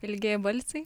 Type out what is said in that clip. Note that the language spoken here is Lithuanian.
ilgieji balsiai